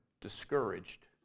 discouraged